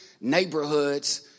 neighborhoods